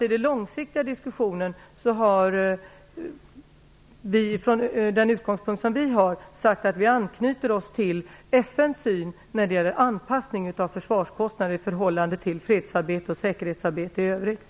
I den långsiktiga diskussionen har vi, från vår utgångspunkt, sagt att vi ansluter oss till FN:s synpunkter när det gäller anpassningen av försvarskostnaderna i förhållande till fredsarbete och säkerhetsarbete i övrigt.